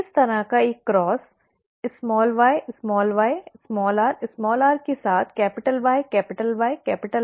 इसी तरह का एक क्रॉस yyrr के साथ YYRR